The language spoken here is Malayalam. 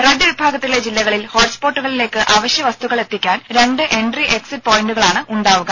റെഡ് വിഭാഗത്തിലെ ജില്ലകളിൽ ഹോട്ട്സ്പോട്ടുകളിലേക്ക് അവശ്യവസ്തുക്കളെത്തിക്കാൻ രണ്ട് എൻട്രി എക്സിറ്റ് പോയിന്റുകളാണ് ഉണ്ടാവുക